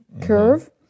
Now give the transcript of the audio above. curve